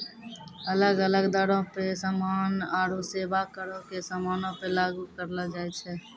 अलग अलग दरो पे समान आरु सेबा करो के समानो पे लागू करलो जाय छै